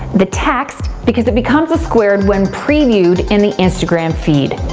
the text, because it becomes a square and when previewed in the instagram feed.